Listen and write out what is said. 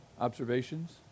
observations